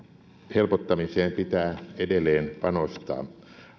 helpottamiseen pitää edelleen panostaa